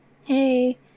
hey